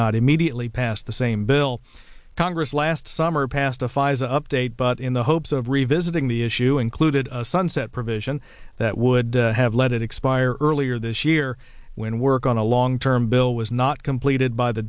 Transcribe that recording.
not immediately pass the same bill congress last summer pacifies update but in the hopes of revisiting the issue included a sunset provision that would have let it expire earlier this year when work on a long term bill was not completed by the